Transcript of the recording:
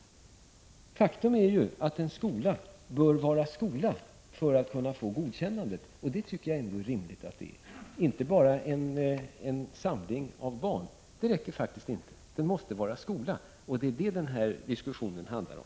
Men faktum är att en skola bör vara en skola för att få godkännande, inte bara en samling av barn — det räcker faktiskt inte. Jag tycker det är rimligt att den är en skola, och det är det den här debatten handlar om.